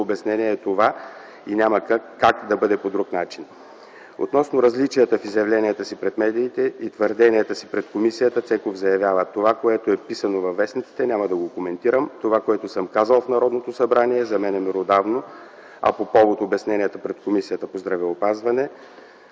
обяснение е това и няма как да бъде по друг начин.” Относно различията в изявленията си пред медиите и твърденията си пред комисията, Цеков заявява: „Това, което е писано във вестниците, няма да го коментирам.”. „Това, което съм казал в Народното събрание, за мен това е меродавно”, а по повод обясненията пред Комисията по здравеопазване